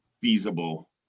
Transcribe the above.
feasible